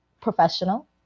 professional